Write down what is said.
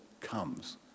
comes